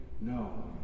No